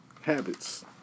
habits